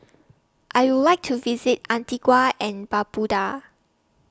I Would like to visit Antigua and Barbuda